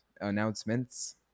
announcements